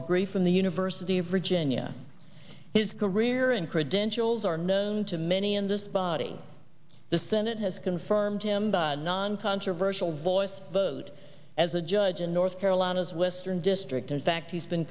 degree from the university of virginia his career and credentials are known to many in this body the senate has confirmed him by non controversial jle voice vote as a judge in north carolina's western district in fact he's been